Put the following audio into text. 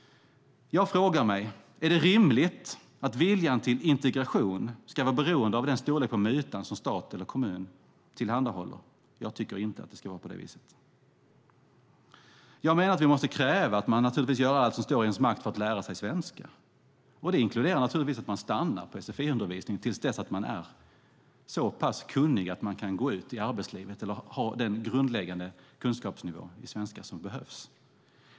Jag frågar mig: Är det rimligt att viljan till integration ska vara beroende av storleken på mutan som stat eller kommun tillhandahåller? Jag tycker inte att det ska vara på det viset. Jag menar att vi måste kräva att man gör allt som står i ens makt för att lära sig svenska. Det inkluderar naturligtvis att man stannar på sfi-undervisningen till dess att man är så pass kunnig att man kan gå ut i arbetslivet eller har den grundläggande kunskapsnivån i svenska som behövs.